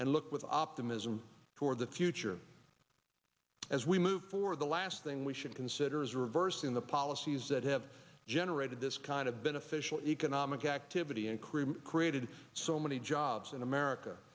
and look with optimism toward the future as we move for the last thing we should consider as reversing the policies that have generated this kind of beneficial economic activity and cream created so many jobs in america